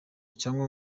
cyangwa